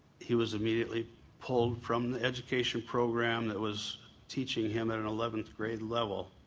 he was immediately pulled from the education program that was teaching him at an eleventh grade level,